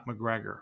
McGregor